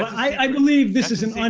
i believe this is an um